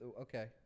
okay